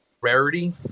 rarity